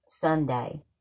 Sunday